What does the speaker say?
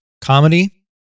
comedy